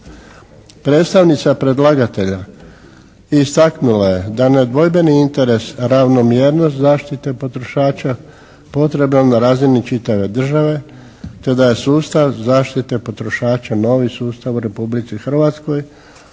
Predstavnica predlagatelja istaknula je da nedvojbeni interes, ravnomjernosti zaštite potrošača potreban je na razini čitave države te da je sustav zaštite potrošača novi sustav u Republici Hrvatskoj